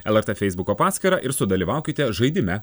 lrt feisbuko paskyrą ir sudalyvaukite žaidime